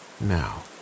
now